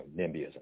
nimbyism